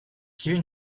soon